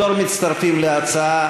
בתור מצטרפים להצעה